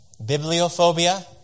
Bibliophobia